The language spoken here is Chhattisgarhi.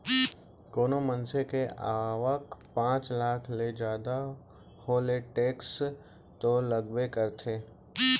कोनो मनसे के आवक पॉच लाख ले जादा हो ले टेक्स तो लगबे करथे